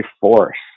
force